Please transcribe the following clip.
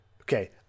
Okay